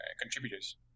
contributors